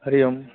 हरिः ओम्